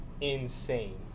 insane